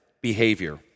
behavior